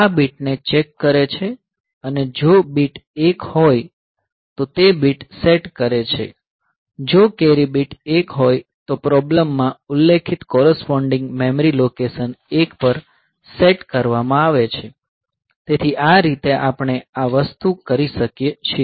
આ બીટને ચેક કરે છે અને જો બીટ 1 હોય તો તે બીટ સેટ કરે છે જો કેરી બીટ 1 હોય તો પ્રોબ્લેમ માં ઉલ્લેખિત કોરસ્પોંડિંગ મેમરી લોકેશન 1 પર સેટ કરવામાં આવે છે તેથી આ રીતે આપણે આ વસ્તુ કરી શકીએ છીએ